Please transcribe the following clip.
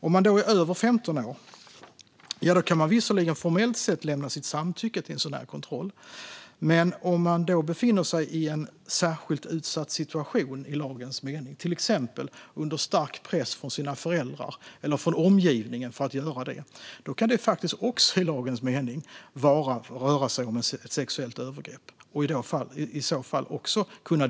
Om man är över 15 år kan man visserligen formellt sett lämna sitt samtycke till en sådan här kontroll. Men om man befinner sig i en särskilt utsatt situation i lagens mening, till exempel för att man är under stark press från sina föräldrar eller från omgivningen att göra detta, kan det faktiskt också röra sig om ett sexuellt övergrepp i lagens mening.